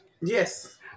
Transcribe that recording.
Yes